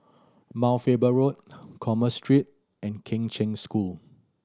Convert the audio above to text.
Mount Faber Road Commerce Street and Kheng Cheng School